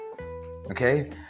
Okay